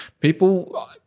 people